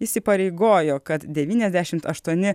įsipareigojo kad devyniasdešim aštuoni